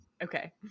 Okay